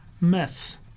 mess